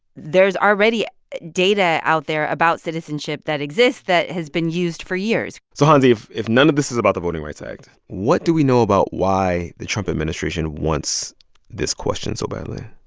there's already data out there about citizenship that exists that has been used for years so, hansi, if if none of this is about the voting rights act, what do we know about why the trump administration wants this question so badly?